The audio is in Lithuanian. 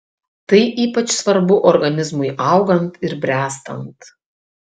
tai ypač svarbu organizmui augant ir bręstant